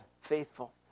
faithful